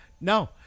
No